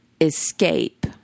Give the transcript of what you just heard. escape